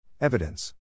Evidence